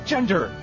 Gender